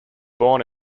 born